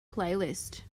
playlist